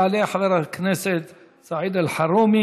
יעלה חבר הכנסת סעיד אלחרומי,